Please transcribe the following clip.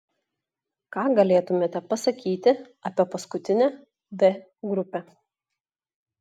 ką galėtumėte pasakyti apie paskutinę d grupę